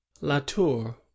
Latour